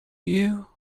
you